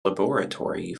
laboratory